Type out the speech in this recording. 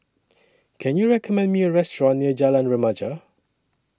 Can YOU recommend Me A Restaurant near Jalan Remaja